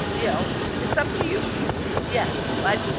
you know it's up to you um yeah yeah but